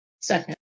Second